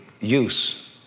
use